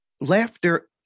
laughter